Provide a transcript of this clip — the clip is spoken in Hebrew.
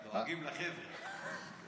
דואגים לחבר'ה.